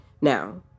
Now